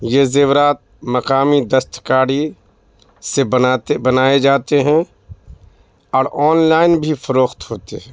یہ زیورات مقامی دستکاری سے بناتے بنائے جاتے ہیں اور آن لائن بھی فروخت ہوتے ہیں